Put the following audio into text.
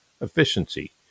Efficiency